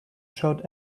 showed